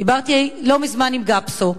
דיברתי לא מזמן עם גפסו,